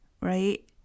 right